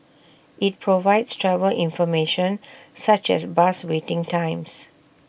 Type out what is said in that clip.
IT provides travel information such as bus waiting times